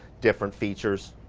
different features.